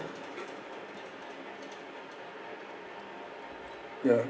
yeah